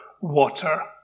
water